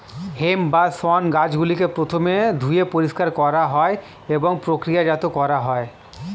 hemp বা শণ গাছগুলিকে প্রথমে ধুয়ে পরিষ্কার করা হয় এবং প্রক্রিয়াজাত করা হয়